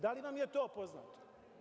Da li vam je to poznato?